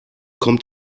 kommt